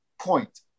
point